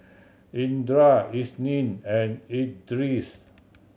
Indra Isnin and Idris